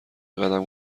قدم